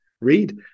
read